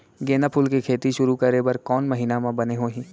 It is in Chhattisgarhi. गेंदा फूल के खेती शुरू करे बर कौन महीना मा बने होही?